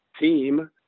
team